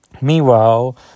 Meanwhile